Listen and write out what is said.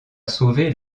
sauver